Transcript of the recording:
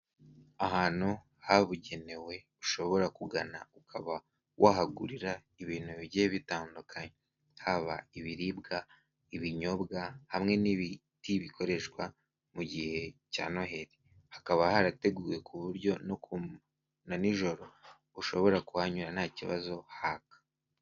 Ahantu habugenewe ushobora kugana ukaba wahagurira ibintu bigiye bitandukanye haba ibiribwa, ibinyobwa hamwe n'ibiti bikoreshwa mu gihe cya noheli. Hakaba harateguwe ku buryo na nijoro ushobora kuhanyura nta kibazo haka.